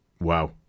Wow